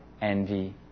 envy